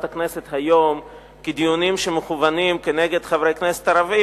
הכנסת היום כדיונים שמכוונים נגד חברי כנסת ערבים,